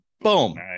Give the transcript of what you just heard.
boom